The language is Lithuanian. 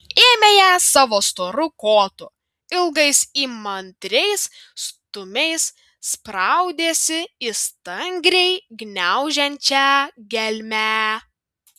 ėmė ją savo storu kotu ilgais įmantriais stūmiais spraudėsi į stangriai gniaužiančią gelmę